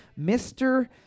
mr